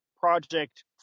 project